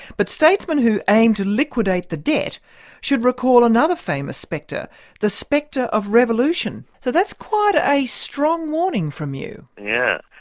but statesmen who aim to liquidate the debt should recall another famous spectre the spectre of revolution. so that's quite a strong warning from you. yeah.